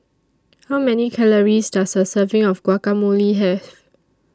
How Many Calories Does A Serving of Guacamole Have